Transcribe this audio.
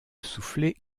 souffler